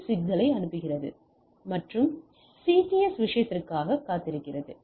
S சிக்னலைக் கூறுகிறது மற்றும் ஒரு சிடிஎஸ் விஷயத்திற்காக காத்திருக்கிறது